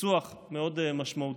פיצוח מאוד משמעותי.